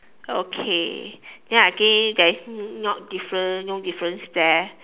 okay then I think there is not different no difference there